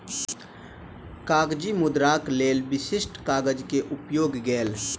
कागजी मुद्राक लेल विशिष्ठ कागज के उपयोग गेल